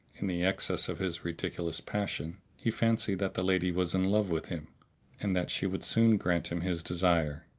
in the excess of his ridiculous passion, he fancied that the lady was in love with him and that she would soon grant him his desire.